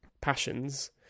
passions